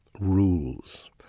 rules